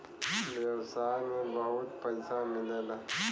व्यवसाय में बहुत पइसा मिलेला